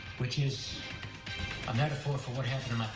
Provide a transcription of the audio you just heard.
which is a metophor for what happened